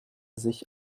sich